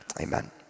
Amen